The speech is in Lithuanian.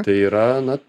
tai yra na